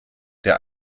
der